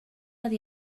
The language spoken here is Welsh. oedd